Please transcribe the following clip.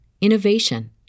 innovation